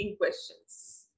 questions